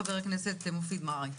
חבר הכנסת מופיד מרעי.